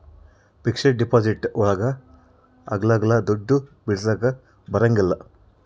fixed deposit ಒಳಗ ಅಗ್ಲಲ್ಲ ದುಡ್ಡು ಬಿಡಿಸಕ ಬರಂಗಿಲ್ಲ